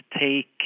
take